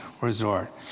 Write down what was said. resort